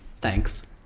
Thanks